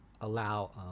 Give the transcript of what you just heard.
allow